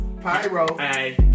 Pyro